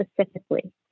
specifically